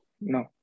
no